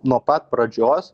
nuo pat pradžios